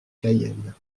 cayenne